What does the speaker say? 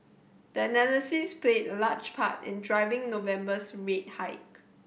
that analysis played a large part in driving November's rate hike